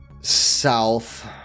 south